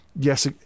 yes